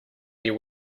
you